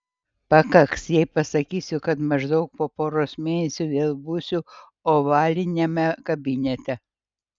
pakaks jei pasakysiu kad maždaug po poros mėnesių vėl būsiu ovaliniame kabinete